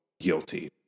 guilty